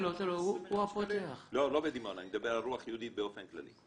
לא בדימונה, אני מדבר על "רוח יהודית" באופן כללי.